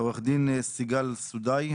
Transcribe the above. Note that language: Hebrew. עורכת דין סיגל סודאי,